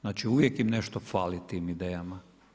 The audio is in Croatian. Znači, uvijek im nešto fali tim idejama.